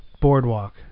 boardwalk